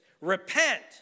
Repent